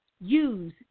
use